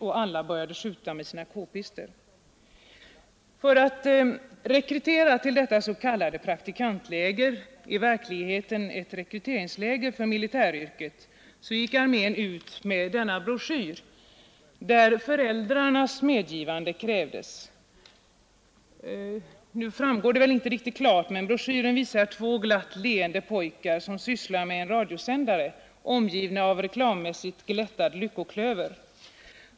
”, och alla började skjuta med sina k-pistar, För att rekrytera till detta s.k. praktikantläger — i verkligheten ett rekryteringsläger för militäryrket — gick armén ut medd den broschyr jag har här, där föräldrarnas medgivande krävdes. Broschyren — som nu återges på kammarens TV-skärm — visar två glatt leende pojkar som sysslar med en radiosändare, Kring pojkarna har man ritat en reklammässigt glättad lyckoklöver.